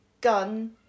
gun